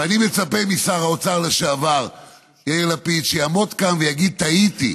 ואני מצפה משר האוצר לשעבר יאיר לפיד שיעמוד כאן ויגיד: טעיתי.